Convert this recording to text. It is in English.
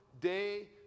day